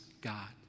God